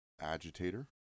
agitator